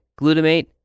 glutamate